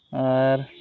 ᱟᱨ